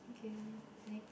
k next